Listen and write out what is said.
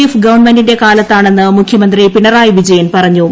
F ഗവൺമെന്റിന്റെ കാലത്താണെന്ന് മുഖ്യമന്ത്രി പിണറായി വിജയൻ പറഞ്ഞു